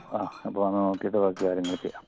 ആ അപ്പോൾ വന്ന് നോക്കിയിട്ട് ബാക്കി കാര്യങ്ങൾ ചെയ്യാം